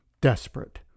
desperate